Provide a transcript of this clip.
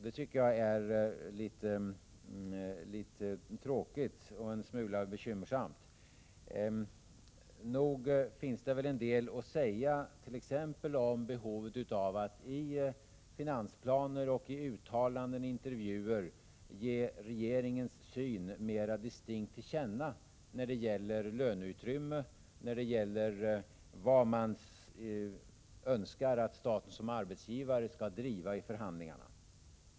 Det tycker jag är litet tråkigt och en smula bekymmersamt. Nog finns det en del att säga t.ex. om behovet av att i finansplaner, uttalanden och intervjuer ge regeringens syn mera distinkt till känna när det gäller löneutrymme och vad man önskar att staten som arbetsgivare skall driva i förhandlingarna.